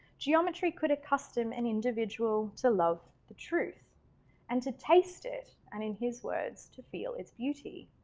geometry could accustom an individual to love the truth and to taste it, and in his words, to feel its beauty.